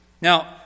Now